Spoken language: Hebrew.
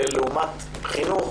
לעומת חינוך,